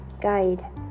guide